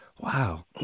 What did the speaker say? Wow